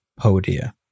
Podia